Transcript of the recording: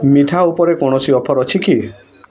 ମିଠା ଉପରେ କୌଣସି ଅଫର୍ ଅଛି କି